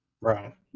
Right